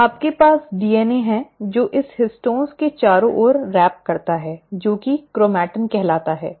तो आपके पास डीएनए है जो इस हिस्टोन्स के चारों ओर लपेटता है जो कि क्रोमैटिन कहलाता है